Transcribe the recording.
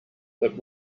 but